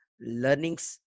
learnings